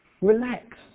Relax